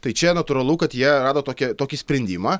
tai čia natūralu kad jie rado tokią tokį sprendimą